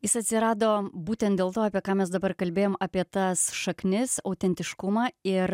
jis atsirado būtent dėl to apie ką mes dabar kalbėjom apie tas šaknis autentiškumą ir